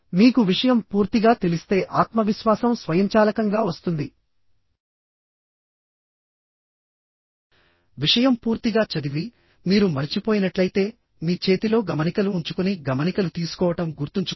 మీకు విషయం పూర్తిగా తెలిస్తే ఆత్మవిశ్వాసం స్వయంచాలకంగా వస్తుంది విషయం పూర్తిగా చదివిమీరు మరచిపోయినట్లయితే మీ చేతిలో గమనికలు ఉంచుకుని గమనికలు తీసుకోవడం గుర్తుంచుకోండి